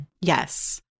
Yes